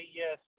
yes